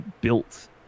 built